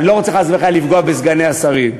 אני לא רוצה חס וחלילה לפגוע בסגני השרים,